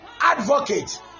advocate